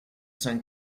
san